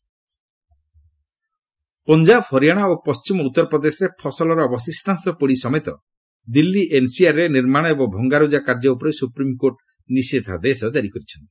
SC ପଲ୍ନସନ ପଞ୍ଜାବ ହରିୟାଣା ଓ ପଣ୍ଢିମ ଉତ୍ତର ପ୍ରଦେଶରେ ଫସଲର ଅବଶିଷ୍ଟାଂଶ ପୋଡ଼ି ସମେତ ଦିଲ୍ଲୀ ଏନ୍ସିଆର୍ରେ ନିର୍ମାଣ ଏବଂ ଭଙ୍ଗାରୁଜା କାର୍ଯ୍ୟ ଉପରେ ସୁପ୍ରିମକୋର୍ଟ ନିଷେଧାଦେଶ ଜାରି କରିଛନ୍ତି